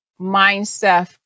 mindset